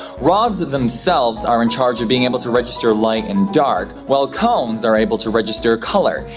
rods themselves are in charge of being able to register light and dark, while cones are able to register color.